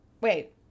Wait